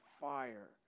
fire